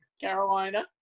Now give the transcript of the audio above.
Carolina